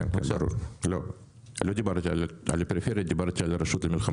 לא דיברתי על הפריפריה, דיברתי על הרשות המחוקקת.